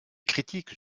critiques